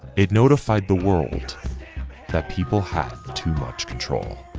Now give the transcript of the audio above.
it notified the world that people have too much control.